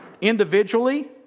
individually